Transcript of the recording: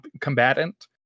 combatant